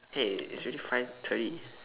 hey it's already five thirty